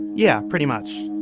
yeah pretty much